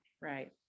Right